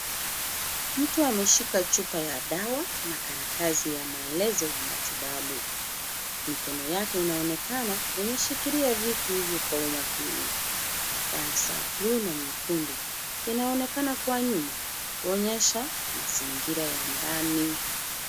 Mtu ameshika chupa ya dawa na karatasi ya maelezo ya matibabu. Mikono yake inaonekana imeshikilia vitu hivyo kwa umakini, rangi za buluu na nyekundu zinaonekana kwa nyuma, kuonyesha mazingira ya ndani.